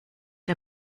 der